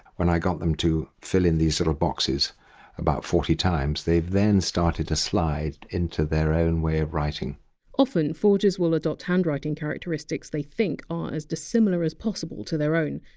when i got them to fill in these little boxes about forty times, they then started to slide into their own way of writing often forgers will adopt handwriting characteristics they think are as dissimilar as possible to their own,